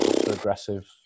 Aggressive